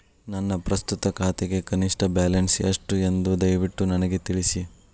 ನನ್ನ ಪ್ರಸ್ತುತ ಖಾತೆಗೆ ಕನಿಷ್ಟ ಬ್ಯಾಲೆನ್ಸ್ ಎಷ್ಟು ಎಂದು ದಯವಿಟ್ಟು ನನಗೆ ತಿಳಿಸಿ